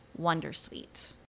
Wondersuite